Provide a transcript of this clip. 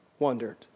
Wondered